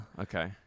okay